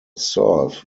serve